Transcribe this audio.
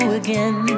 again